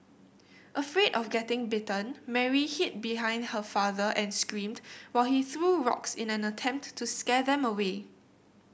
afraid of getting bitten Mary hid behind her father and screamed while he threw rocks in an attempt to scare them away